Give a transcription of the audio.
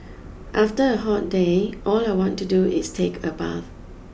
after a hot day all I want to do is take a bath